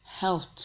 health